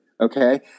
okay